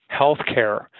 healthcare